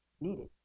needed